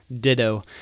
Ditto